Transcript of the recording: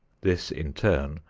this, in turn,